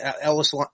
Ellis